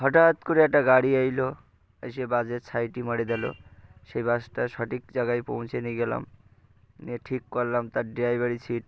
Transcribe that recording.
হঠাৎ করে একটা গাড়ি এইলো এসে বাসের সাইডে মেরে দিলো সেই বাসটা সঠিক জায়গায় পৌঁছে নিয়ে গেলাম নিয়ে ঠিক করলাম তার ড্রাইভারি সিট